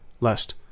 lest